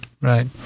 Right